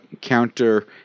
counter